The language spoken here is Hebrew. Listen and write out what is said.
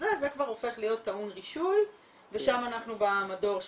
זה כבר הופך להיות טעון רישוי ושם אנחנו במדור שלך.